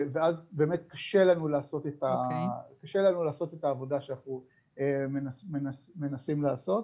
ואז באמת קשה לנו לעשות את העבודה שאנחנו מנסים לעשות.